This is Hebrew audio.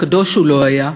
קדוש הוא לא היה,